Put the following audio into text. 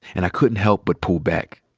and i couldn't help but pull back.